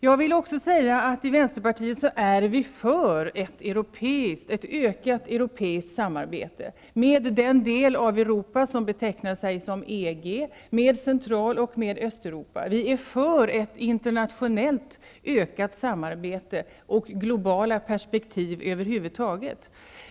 Jag vill också säga att i vänsterpartiet är vi för ett ökat europeiskt samarbete -- med den del av Centraleuropa och med Östeuropa. Vi är för ett ökat internationellt samarbete och globala perspektiv över huvud taget.